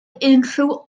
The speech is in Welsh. unrhyw